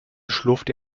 schlurfte